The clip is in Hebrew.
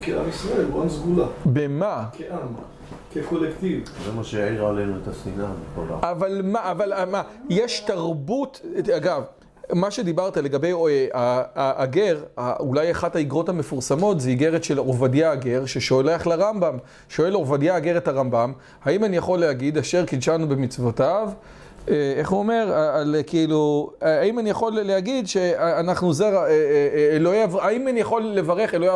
כעם ישראל, כעם סגולה. -במה? -כעם, כקולקטיב. -זה מה שהעיר עלינו את השנאה. -אבל מה, יש תרבות, אגב, מה שדיברת לגבי הגר, אולי אחת האיגרות המפורסמות זה איגרת של עובדיה הגר ששולח לרמב״ם, שואל עובדיה הגר את הרמב״ם: האם אני יכול להגיד "אשר קידשנו במצוותיו", איך הוא אומר, על כאילו, האם אני יכול להגיד שאנחנו זרע אלוהי אברה... האם אני יכול לברך "אלוהי אברהם"?